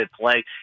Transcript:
play